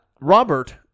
Robert